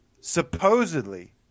supposedly